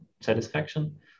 satisfaction